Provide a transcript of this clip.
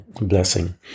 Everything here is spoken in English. blessing